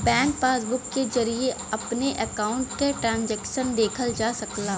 bank passbook के जरिये अपने अकाउंट क ट्रांजैक्शन देखल जा सकला